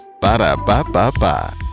Ba-da-ba-ba-ba